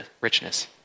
richness